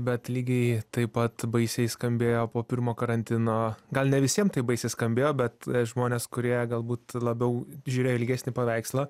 bet lygiai taip pat baisiai skambėjo po pirmo karantino gal ne visiem taip baisiai skambėjo bet žmonės kurie galbūt labiau žiūrėjo ilgesnį paveikslą